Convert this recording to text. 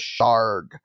Sharg